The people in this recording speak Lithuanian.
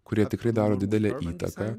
kurie tikrai daro didelę įtaką